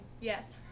yes